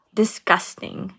disgusting